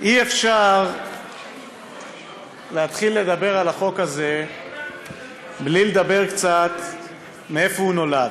אי-אפשר להתחיל לדבר על החוק הזה בלי לדבר קצת על מאיפה הוא נולד,